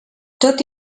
tot